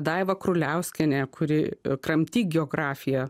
daiva kruliauskienė kuri kramtyt geografiją